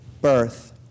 birth